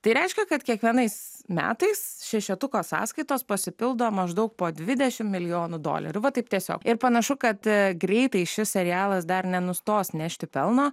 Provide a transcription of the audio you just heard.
tai reiškia kad kiekvienais metais šešetuko sąskaitos pasipildo maždaug po dvidešimt milijonų dolerių vat taip tiesiog ir panašu kad greitai šis serialas dar nenustos nešti pelno